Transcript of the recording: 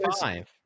five